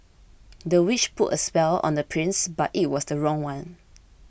the witch put a spell on the prince but it was the wrong one